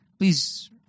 Please